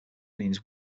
means